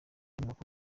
nyubako